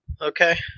Okay